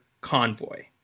convoy